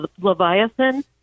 Leviathan